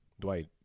Dwight